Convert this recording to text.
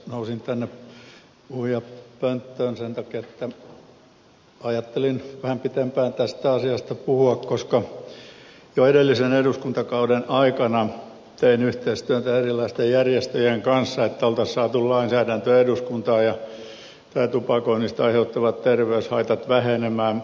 nousin tänne puhujapönttöön sen takia että ajattelin vähän pitempään tästä asiasta puhua koska jo edellisen eduskuntakauden aikana tein yhteistyötä erilaisten järjestöjen kanssa että olisi saatu tämä lainsäädäntö eduskuntaan ja nämä tupakoinnista aiheutuvat terveyshaitat vähenemään